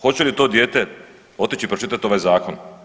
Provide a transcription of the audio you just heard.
Hoće li to dijete otići pročitati ovaj zakon?